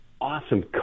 awesome